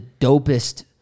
dopest